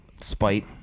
Spite